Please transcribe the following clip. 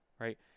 right